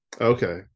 Okay